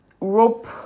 rope